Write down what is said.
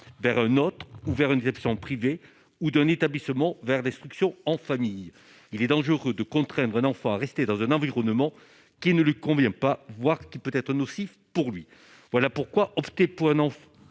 vers un autre vers une réception privée ou d'un établissement vers l'instruction en famille, il est dangereux de contraindre l'enfant à rester dans un environnement qui ne lui convient pas voir qui peut être nocif pour lui voilà pourquoi opter pour un enfant